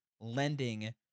lending